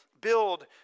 build